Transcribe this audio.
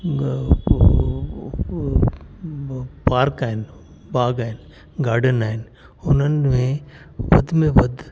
park आहिनि बाग आहिनि गाडन आहिनि हुननि में वध में वधि